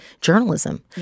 journalism